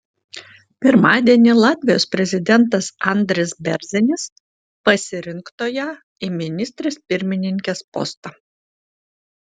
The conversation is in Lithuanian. pirmadienį latvijos prezidentas andris bėrzinis pasirinkto ją į ministrės pirmininkės postą